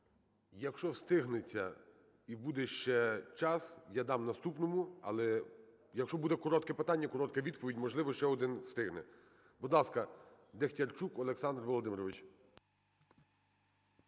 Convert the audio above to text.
Якщовстигнеться і буде ще час, я дам наступному. Але… Якщо буде коротке питання, коротка відповідь, можливо, ще один встигне. Будь ласка, Дехтярчук Олександр Володимирович.